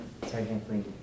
technically